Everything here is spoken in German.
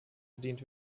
bedient